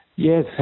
Yes